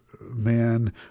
man